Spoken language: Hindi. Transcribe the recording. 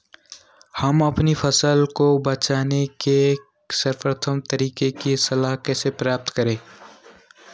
हम अपनी फसल को बचाने के सर्वोत्तम तरीके की सलाह कैसे प्राप्त करें?